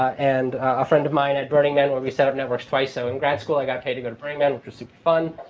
and a friend of mine at burning man where we set up networks twice. so in grad school i got katie to go to burning man for some fun.